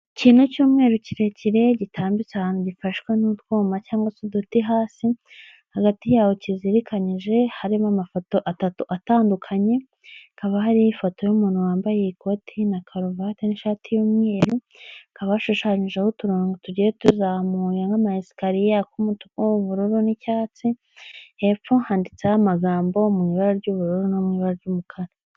Ikintu cy'umweru kirekire gitambitse ahantu gifashwawe n'utwuma cyangwa uduti hasi, hagati yaho kizirikanyije harimo amafoto atatu atandukanye, hakaba hariho ifoto y'umuntu wambaye ikoti na karuvati n'ishati y'umweru, hakaba hashushanyijeho uturongo tugiye tuzamuye nk'ama esikariye ak'umutuku, ubururu n'icyatsi, hepfo handitseho amagambo mu ibara ry'ubururu no mu ibara ry'umukara.